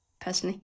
personally